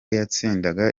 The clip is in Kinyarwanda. yatsindaga